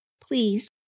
please